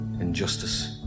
injustice